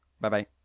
Bye-bye